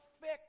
fix